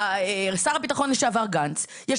שר הביטחון לשעבר גנץ וגדולי חכמי ישראל,